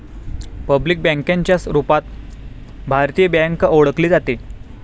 public बँकेच्या रूपात भारतीय बँक ओळखली जाते